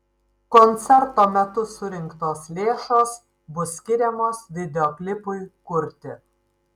koncerto metu surinktos lėšos bus skiriamos videoklipui kurti